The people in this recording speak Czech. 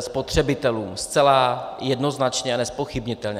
spotřebitelům zcela jednoznačně a nezpochybnitelně.